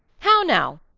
how now!